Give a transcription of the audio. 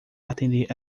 atender